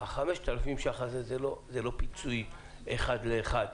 5,000 השקלים האלה הם לא פיצויים אחד לאחד,